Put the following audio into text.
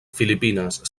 filipines